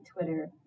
Twitter